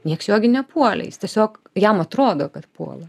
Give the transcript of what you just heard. nieks jo gi nepuolė jis tiesiog jam atrodo kad puola